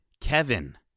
Kevin